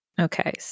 Okay